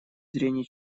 зрения